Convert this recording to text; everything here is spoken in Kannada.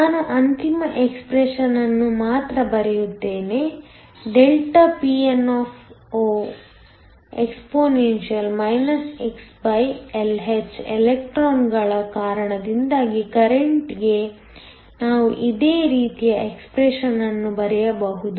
ನಾನು ಅಂತಿಮ ಎಕ್ಸ್ಪ್ರೆಶನ್ ಅನ್ನು ಮಾತ್ರ ಬರೆಯುತ್ತೇನೆ ಡೆಲ್ಟಾ Pno exp xLh ಎಲೆಕ್ಟ್ರಾನ್ಗಳ ಕಾರಣದಿಂದಾಗಿ ಕರೆಂಟ್ಕ್ಕೆ ನಾವು ಇದೇ ರೀತಿಯ ಎಕ್ಸ್ಪ್ರೆಶನ್ ಅನ್ನು ಬರೆಯಬಹುದು